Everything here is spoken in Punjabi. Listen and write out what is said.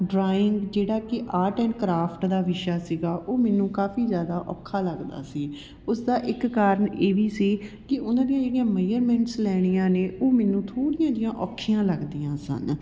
ਡਰਾਇੰਗ ਜਿਹੜਾ ਕਿ ਆਰਟ ਐਂਡ ਕਰਾਫਟ ਦਾ ਵਿਸ਼ਾ ਸੀਗਾ ਉਹ ਮੈਨੂੰ ਕਾਫ਼ੀ ਜ਼ਿਆਦਾ ਔਖਾ ਲੱਗਦਾ ਸੀ ਉਸਦਾ ਇੱਕ ਕਾਰਨ ਇਹ ਵੀ ਸੀ ਕਿ ਉਹਨਾਂ ਦੀਆਂ ਜਿਹੜੀਆਂ ਮਈਯਰਮੈਂਟਸ ਲੈਣੀਆਂ ਨੇ ਉਹ ਮੈਨੂੰ ਥੋੜ੍ਹੀਆਂ ਜਿਹੀਆਂ ਔਖੀਆਂ ਲੱਗਦੀਆਂ ਸਨ